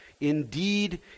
Indeed